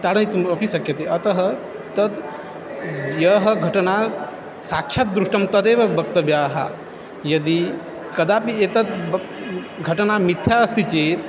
ताडयितुम् अपि शक्यते अतः तत् या घटना साक्षात् दृष्टा तदेव वक्तव्याः यदि कदापि एतत् घटना मिथ्या अस्ति चेत्